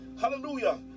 hallelujah